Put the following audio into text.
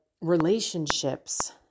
relationships